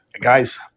guys